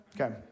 Okay